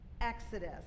Exodus